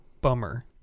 bummer